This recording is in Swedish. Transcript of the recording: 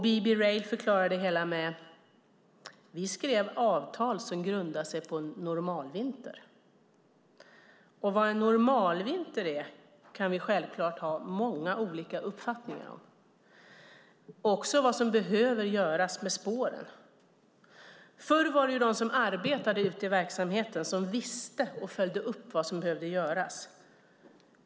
BB Rail förklarade det hela med att säga: Vi skrev avtal som grundar sig på en normalvinter. Vad en normalvinter är kan vi självklart ha många uppfattningar om. Det kan vi också ha om vad som behöver göras med spåren. Förr var det de som arbetade ute i verksamheten som följde upp och visste vad som behövde göras.